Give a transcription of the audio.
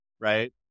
right